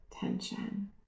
tension